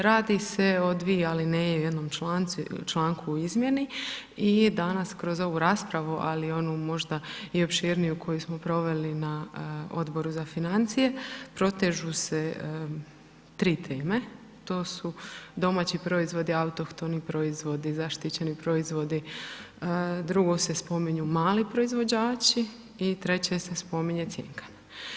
Radi se o dvije alineje u jednom članku o izmjeni i danas kroz ovu raspravu, ali i onu možda i opširniju koju smo proveli na Odboru za financije protežu se tri teme, to su domaći proizvodi, autohtoni proizvodi, zaštićeni proizvodi, drugo se spominju mali proizvođači i treće se spominje cjenkanje.